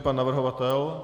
Pan navrhovatel?